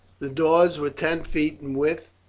the doors were ten feet in width.